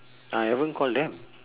I haven't call them